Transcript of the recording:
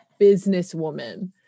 businesswoman